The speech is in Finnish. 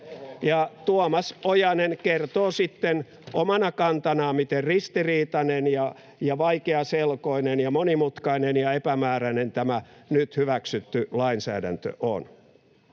Tuomas Ojanen kertoo sitten omana kantanaan, miten ristiriitainen ja vaikeaselkoinen ja monimutkainen ja epämääräinen tämä nyt hyväksytty lainsäädäntö on.